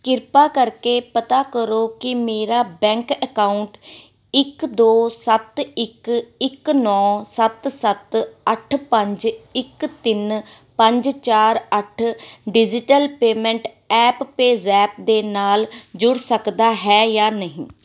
ਕ੍ਰਿਪਾ ਕਰਕੇ ਪਤਾ ਕਰੋ ਕਿ ਮੇਰਾ ਬੈਂਕ ਅਕਾਊਂਟ ਇੱਕ ਦੋ ਸੱਤ ਇੱਕ ਇੱਕ ਨੌਂ ਸੱਤ ਸੱਤ ਅੱਠ ਪੰਜ ਇੱਕ ਤਿੰਨ ਪੰਜ ਚਾਰ ਅੱਠ ਡਿਜਿਟਲ ਪੇਮੈਂਟ ਐਪ ਪੇਜ਼ੈਪ ਦੇ ਨਾਲ ਜੁੜ ਸਕਦਾ ਹੈ ਜਾਂ ਨਹੀਂ